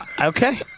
Okay